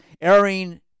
airing